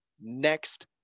next